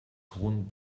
hohen